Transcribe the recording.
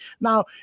Now